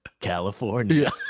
california